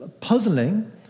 puzzling